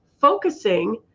focusing